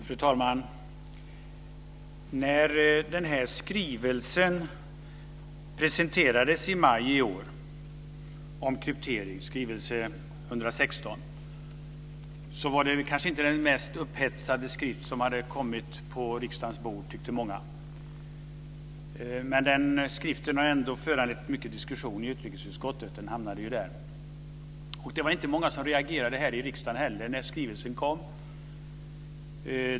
Fru talman! Skrivelse 116 Om kryptografi presenterades i maj i år. Många tyckte nog inte att det var den mest upphetsande skrift som hade kommit på riksdagens bord. Men skriften har ändå föranlett mycket diskussion i utrikesutskottet; den hamnade ju där. Det var inte många som reagerade här i riksdagen när skrivelsen kom.